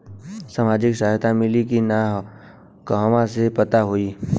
सामाजिक सहायता मिली कि ना कहवा से पता होयी?